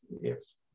yes